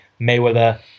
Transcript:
Mayweather